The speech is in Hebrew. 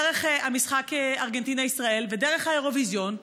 דרך המשחק ארגנטינה ישראל ודרך האירוויזיון,